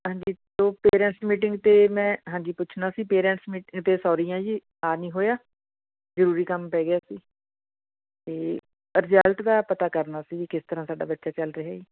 ਹਾਂਜੀ ਉਹ parents meeting 'ਤੇ ਮੈਂ ਹਾਂਜੀ ਪੁੱਛਣਾ ਸੀ ਪੇਰੈਂਟਸ ਮੀਟਿੰਗ 'ਤੇ ਸੋਰੀ ਹਾਂ ਜੀ ਆ ਨਹੀਂ ਹੋਇਆ ਜ਼ਰੂਰੀ ਕੰਮ ਪੈ ਗਿਆ ਸੀ ਅਤੇ ਰਿਜਲਟ ਦਾ ਪਤਾ ਕਰਨਾ ਸੀ ਕਿਸ ਤਰ੍ਹਾਂ ਸਾਡਾ ਬੱਚਾ ਚੱਲ ਰਿਹਾ ਜੀ